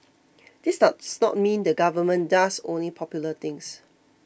this does not mean the government does only popular things